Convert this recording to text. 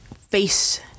face